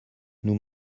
nous